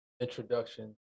introduction